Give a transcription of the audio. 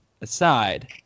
aside